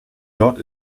dort